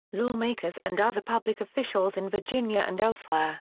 law makers and other public officials in virginia and elsewhere.